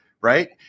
right